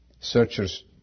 searchers